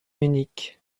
munich